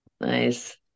Nice